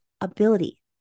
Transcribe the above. ability